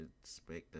expect